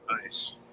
Nice